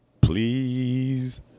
Please